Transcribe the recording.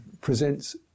presents